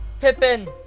Pippin